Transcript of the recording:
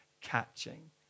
catching